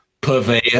purveyor